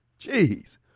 Jeez